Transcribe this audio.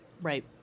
Right